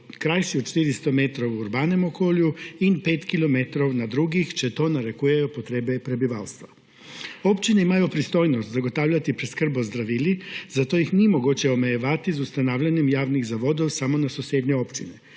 krajši od 400 metrov, v urbanem okolju in 5 kilometrov na drugih, če to narekujejo potrebe prebivalstva. Občine imajo pristojnost zagotavljati preskrbo z zdravili, zato jih ni mogoče omejevati z ustanavljanjem javnih zavodov samo na sosednje občine.